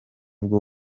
bwo